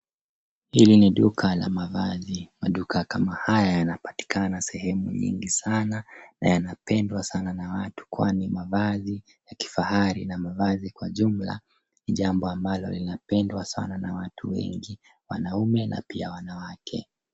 Hili ni duka la mavazi. Maduka kama haya yanapatikana sehemu nyingi sana na yanapendwa sana na watu kwani mavazi ya kifahari na mavazi kwa jumla ni jambo ambalo linapendwa sana na watu wengi. Wanaume na pia wanawake.